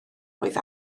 oedd